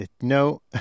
No